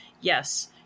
Yes